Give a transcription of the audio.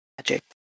magic